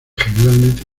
generalmente